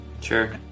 Sure